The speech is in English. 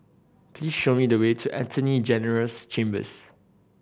please show me the way to Attorney General's Chambers